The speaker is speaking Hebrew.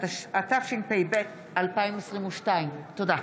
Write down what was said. התשפ"ב 2022. תודה.